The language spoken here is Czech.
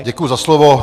Děkuji za slovo.